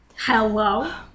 Hello